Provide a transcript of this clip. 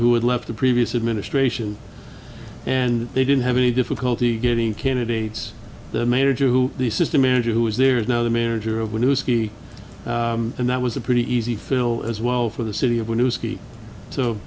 who'd left the previous administration and they didn't have any difficulty getting candidates the manager who the system manager who is there is now the manager of a new city and that was a pretty easy fill as well for the city of new ski so